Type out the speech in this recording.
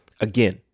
again